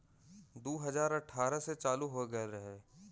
दू हज़ार अठारह से चालू हो गएल रहे